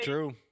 True